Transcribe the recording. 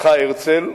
זכה הרצל.